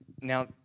Now